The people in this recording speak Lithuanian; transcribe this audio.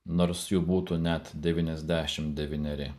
nors jų būtų net devyniasdešim devyneri